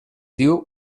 diu